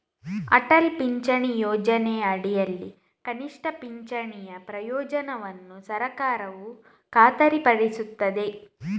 ಅಟಲ್ ಪಿಂಚಣಿ ಯೋಜನೆಯ ಅಡಿಯಲ್ಲಿ ಕನಿಷ್ಠ ಪಿಂಚಣಿಯ ಪ್ರಯೋಜನವನ್ನು ಸರ್ಕಾರವು ಖಾತರಿಪಡಿಸುತ್ತದೆ